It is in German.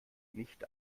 nicht